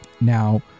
Now